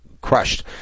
crushed